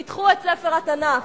פתחו את ספר התנ"ך.